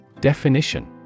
Definition